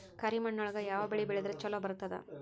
ಕರಿಮಣ್ಣೊಳಗ ಯಾವ ಬೆಳಿ ಬೆಳದ್ರ ಛಲೋ ಬರ್ತದ?